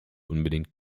unbedingt